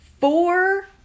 four